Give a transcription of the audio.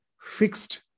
fixed